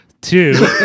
Two